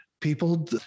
people